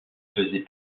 faisait